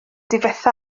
difetha